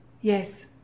Yes